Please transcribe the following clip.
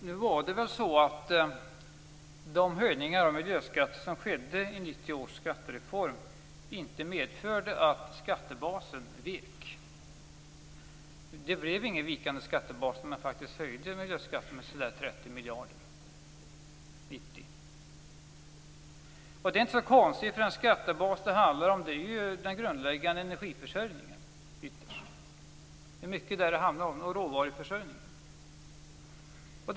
Herr talman! De höjningar av miljöskatter som skedde i 1990 års skattereform medförde väl inte att skattebasen vek. Höjningen av miljöskatterna med ca 30 miljarder medförde inte någon vikande skattebas. Och det är inte så konstigt, för den skattebas det handlar om är ju ytterst den grundläggande energiförsörjningen och råvaruförsörjningen.